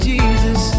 Jesus